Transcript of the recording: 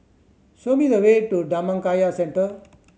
show me the way to Dhammakaya Centre